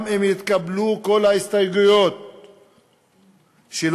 גם אם יתקבלו כל ההסתייגויות שלנו,